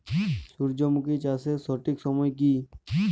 সূর্যমুখী চাষের সঠিক সময় কি?